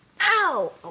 Ow